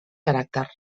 caràcter